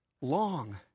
long